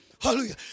Hallelujah